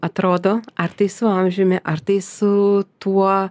atrodo ar tai su amžiumi ar tai su tuo